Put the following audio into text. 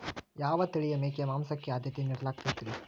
ಯಾವ ತಳಿಯ ಮೇಕೆ ಮಾಂಸಕ್ಕ, ಆದ್ಯತೆ ನೇಡಲಾಗತೈತ್ರಿ?